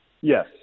Yes